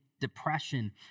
depression